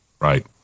right